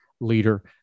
leader